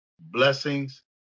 Blessings